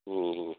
ହଁ